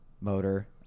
motor